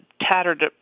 tattered